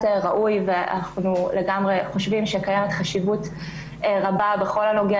ראוי ואנחנו לגמרי חושבים שקיימת חשיבות רבה בכל הנוגע